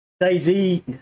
daisy